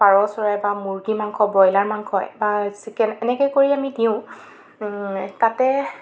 পাৰ চৰাই বা মূৰ্গী মাংস ব্ৰইলাৰ মাংস বা চিকেন এনেকৈ কৰি আমি দিওঁ তাতে